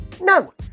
No